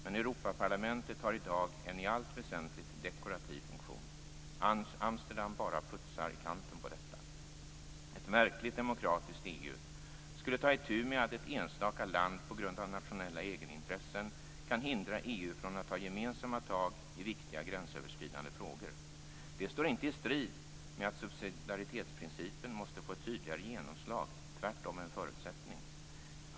Men Europaparlamentet har i dag en i allt väsentligt dekorativ funktion. Amsterdamfördraget bara putsar i kanten på detta. Ett verkligt demokratiskt EU skulle ta itu med att ett enstaka land på grund av nationella egenintressen kan hindra EU från att ta gemensamma tag i viktiga gränsöverskridande frågor. Det står inte i strid med att subsidiaritetsprincipen måste få ett tydligare genomslag - tvärtom är det en förutsättning.